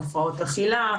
הפרעות אכילה,